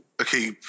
okay